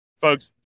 folks